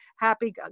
happy